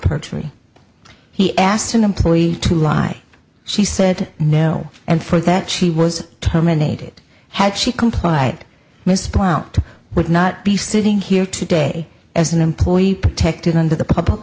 perjury he asked an employee to lie she said no and for that she was terminated had she complied misapply out would not be sitting here today as an employee protected under the public